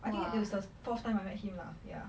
I think it was the fourth time I met him lah ya